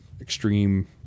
extreme